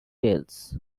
tales